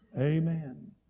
Amen